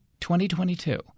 2022